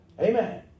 Amen